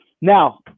now